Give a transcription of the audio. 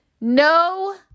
No